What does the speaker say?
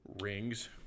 Rings